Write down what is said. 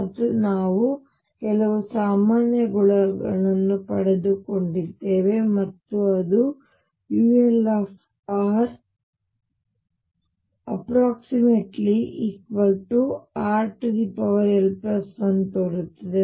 ಮತ್ತು ನಾವು ಕೆಲವು ಸಾಮಾನ್ಯ ಗುಣಗಳನ್ನು ಪಡೆದುಕೊಂಡಿದ್ದೇವೆ ಮತ್ತು ಅದು ulrrl1 ತೋರುತ್ತದೆ